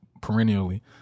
perennially